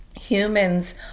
humans